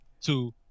two